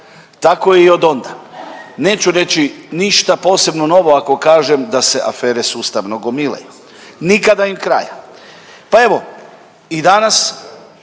Tako i od onda, neću reći ništa posebno novo ako kažem da se afere sustavno gomilaju, nikada im kraja. Pa evo i danas